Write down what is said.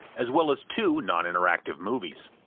as well as two non-interactive movies.